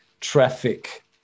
traffic